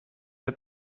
het